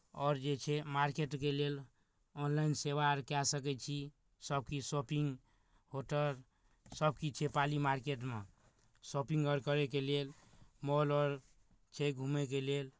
आओर जे छै मार्केटके लेल ऑनलाइन सेवा आरके जाए सकै छी सभकिछु शॉपिंग होटल सभकिछु छै पाली मार्केटमे शॉपिंग आर करयके लिए मॉल आर छै घूमैके लिए